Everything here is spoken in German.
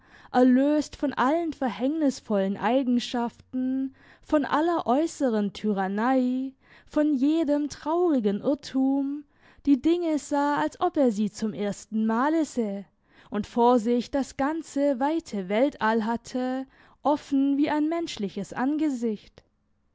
erlöst von allen verhängnisvollen eigenschaften von aller äusseren tyrannei von jedem traurigen irrtum die dinge sah als ob er sie zum erstenmale sähe und vor sich das ganze weite weltall hatte offen wie ein menschliches angesicht